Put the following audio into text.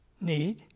need